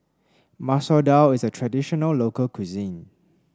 Masoor Dal is a traditional local cuisine